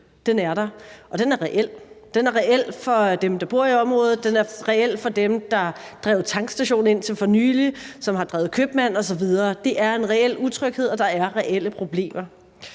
er der, og at den er reel. Den er reel for dem, der bor i området, den er reel for dem, der drev tankstation indtil for nylig, og som har drevet købmand osv. Det er en reel utryghed, og der er reelle problemer.